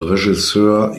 regisseur